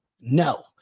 no